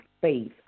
faith